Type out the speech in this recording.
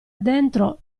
dentro